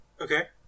Okay